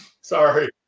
Sorry